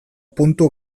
puntu